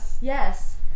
Yes